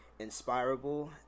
Inspirable